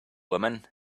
woman